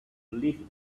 live